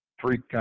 three